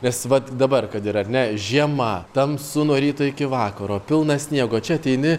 nes vat dabar kad ir ar ne žiema tamsu nuo ryto iki vakaro pilna sniego čia ateini